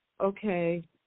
Okay